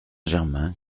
germain